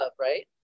right